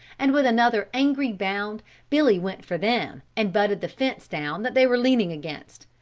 and with another angry bound billy went for them and butted the fence down that they were leaning against,